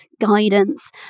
guidance